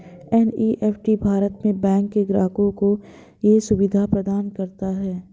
NEFT Bharat में bank के ग्राहकों को ये सुविधा प्रदान करता है